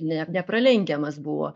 ne nepralenkiamas buvo